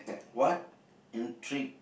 what intrigue